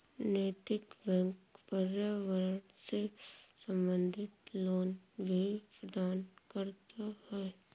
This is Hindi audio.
नैतिक बैंक पर्यावरण से संबंधित लोन भी प्रदान करता है